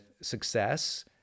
success